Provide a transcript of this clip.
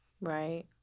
Right